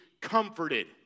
comforted